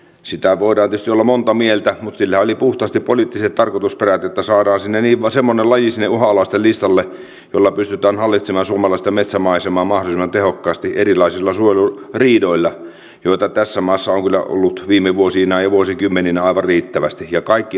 siitä voidaan tietysti olla monta mieltä mutta sillä oli puhtaasti poliittiset tarkoitusperät että saadaan vain semmoinen laji sinne uhanalaisten listalle millä pystytään hallitsemaan suomalaista metsämaisemaa mahdollisimman tehokkaasti erilaisilla suojeluriidoilla joita tässä maassa on kyllä ollut viime vuosina ja vuosikymmeninä aivan riittävästi ja kaikki aivan turhaan